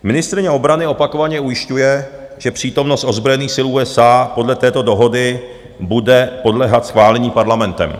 Ministryně obrany opakovaně ujišťuje, že přítomnost ozbrojených sil USA podle této dohody bude podléhat schválení Parlamentem.